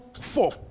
four